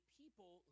people